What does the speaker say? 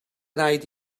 raid